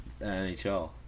NHL